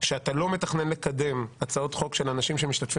שאתה לא מתכנן לקדם הצעות חוק של אנשים שמשתתפים